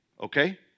Okay